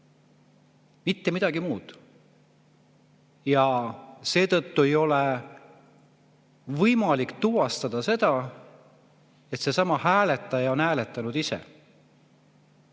mitte midagi muud, ja seetõttu ei ole võimalik tuvastada, et hääletaja on hääletanud ise.